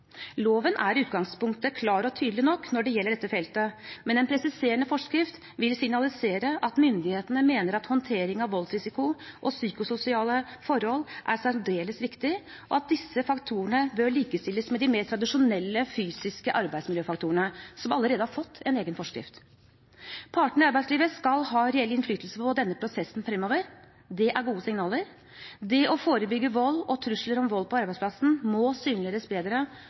Loven er i utgangspunktet klar og tydelig nok når det gjelder dette feltet, men en presiserende forskrift ville signalisert at myndighetene mener at håndtering av voldsrisiko og psykososiale forhold er særdeles viktig, og at disse faktorene bør likestilles med de mer tradisjonelle fysiske arbeidsmiljøfaktorene, som allerede har fått en egen forskrift. Partene i arbeidslivet skal ha reell innflytelse på denne prosessen fremover. Det er gode signaler. Det å forebygge vold og trusler om vold på arbeidsplassen må synliggjøres bedre